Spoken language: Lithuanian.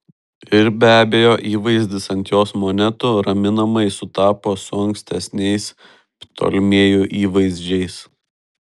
ir be abejo įvaizdis ant jos monetų raminamai sutapo su ankstesniaisiais ptolemėjų įvaizdžiais